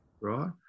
right